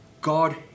god